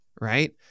right